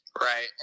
Right